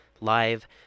Live